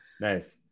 Nice